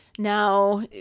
Now